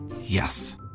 Yes